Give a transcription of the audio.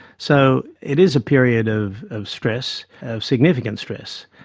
so it is a period of of stress, of significant stress,